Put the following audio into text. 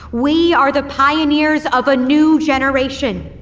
we are the pioneers of a new generation,